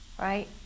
Right